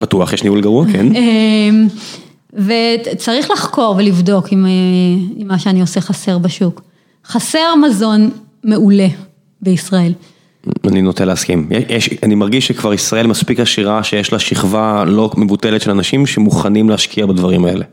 פתוח, יש ניהול גרוע, כן. וצריך לחקור ולבדוק עם מה שאני עושה חסר בשוק. חסר מזון מעולה בישראל. אני נוטה להסכים. אני מרגיש שכבר ישראל מספיק עשירה שיש לה שכבה לא מבוטלת של אנשים שמוכנים להשקיע בדברים האלה.